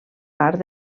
part